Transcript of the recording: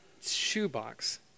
shoebox